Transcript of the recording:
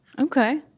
Okay